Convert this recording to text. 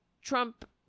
Trump